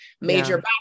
major